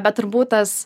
bet turbūt tas